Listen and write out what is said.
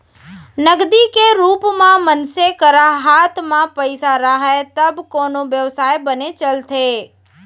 नगदी के रुप म मनसे करा हात म पइसा राहय तब कोनो बेवसाय बने चलथे